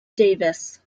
davis